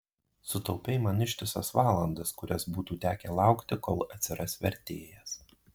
sutaupei man ištisas valandas kurias būtų tekę laukti kol atsiras vertėjas